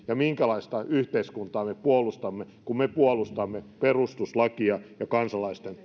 ja minkälaista yhteiskuntaa me puolustamme kun me puolustamme perustuslakia ja kansalaisten